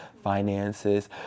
finances